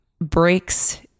breaks